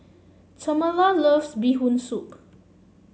Tamela loves Bee Hoon Soup